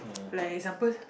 like example